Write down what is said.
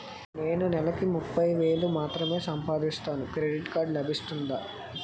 నేను నెల కి ముప్పై వేలు మాత్రమే సంపాదిస్తాను క్రెడిట్ కార్డ్ లభిస్తుందా?